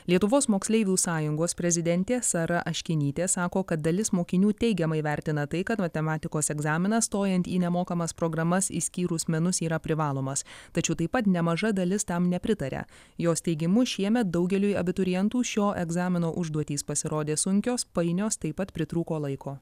lietuvos moksleivių sąjungos prezidentė sara aškinytė sako kad dalis mokinių teigiamai vertina tai kad matematikos egzaminas stojant į nemokamas programas išskyrus menus yra privalomas tačiau taip pat nemaža dalis tam nepritaria jos teigimu šiemet daugeliui abiturientų šio egzamino užduotys pasirodė sunkios painios taip pat pritrūko laiko